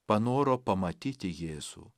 panoro pamatyti jėzų